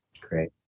Great